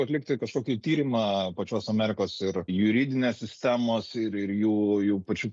atlikti kažkokį tyrimą pačios amerikos ir juridinės sistemos ir ir jų jų pačių